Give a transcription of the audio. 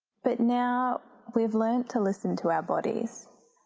but now we've learnt to listen to our bodies.